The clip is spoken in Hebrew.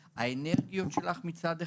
האנרגיות שלך, מצד אחד,